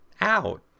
out